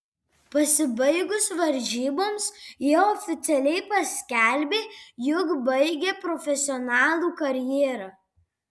pasibaigus varžyboms jie oficialiai paskelbė jog baigia profesionalų karjerą